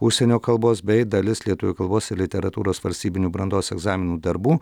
užsienio kalbos bei dalis lietuvių kalbos ir literatūros valstybinių brandos egzaminų darbų